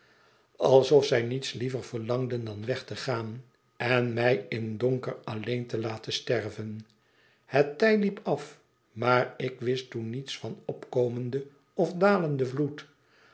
alsof zij niets liever verlangden dan weg te gaan en mij in donker alleen te laten sterven het tij liep af maar ik wist toen niets van opkomenden of dalenden vloed